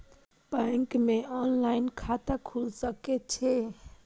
Bank में online खाता खुल सके छे?